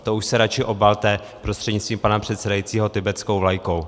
To už se radši obalte prostřednictvím pana předsedajícího tibetskou vlajkou.